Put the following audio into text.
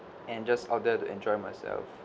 and just out there to enjoy myself